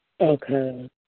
Okay